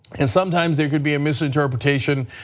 and sometimes there can be a misinterpretation,